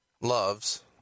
loves